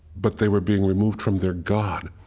but they were being removed from their god.